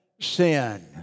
sin